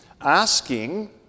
asking